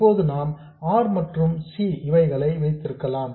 இப்போது நாம் R மற்றும் C இவைகளை வைத்திருக்கலாம்